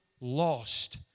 lost